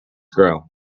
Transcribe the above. grow